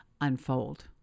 unfold